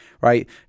right